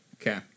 Okay